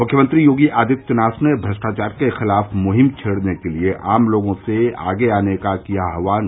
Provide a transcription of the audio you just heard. मुख्यमंत्री योगी आदित्यनाथ ने भ्रष्टाचार के खिलाफ मुहिम छेड़ने के लिए आम लोगों से आगे आने का किया आहवान